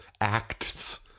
acts